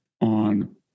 on